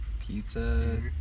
Pizza